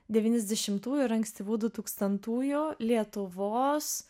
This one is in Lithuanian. devyniasdešimtųjų ir ankstyvų dutūkstantųjų lietuvos